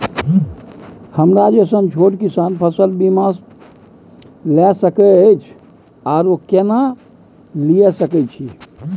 हमरा जैसन छोट किसान फसल बीमा ले सके अछि आरो केना लिए सके छी?